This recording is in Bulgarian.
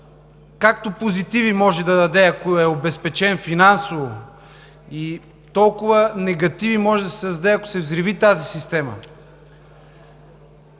както позитиви може да даде, ако е обезпечен финансово, и толкова негативи може да създаде, ако се взриви тази система.